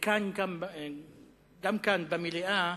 וגם כאן, במליאה,